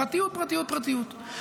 פרטיות, פרטיות, פרטיות.